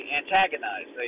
antagonize